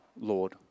lord